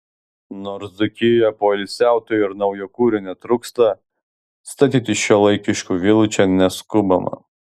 nors dzūkijoje poilsiautojų ir naujakurių netrūksta statyti šiuolaikiškų vilų čia neskubama